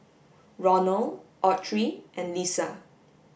Ronal Autry and Lissa